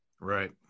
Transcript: Right